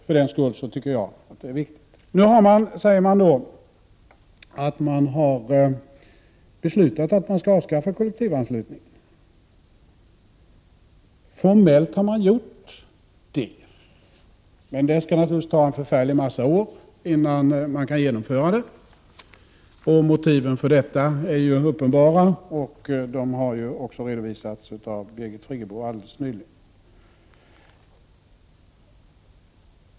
För den skull tycker jag att detta är viktigt. Nu säger socialdemokraterna att de har beslutat att avskaffa kollektivanslutningen. Formellt har de gjort det. Men det skall naturligtvis dröja en förfärlig massa år innan det kan genomföras. Motiven för detta är uppenbara, och de har även redovisats av Birgit Friggebo alldeles nyligen.